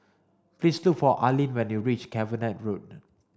please look for Alleen when you reach Cavenagh Road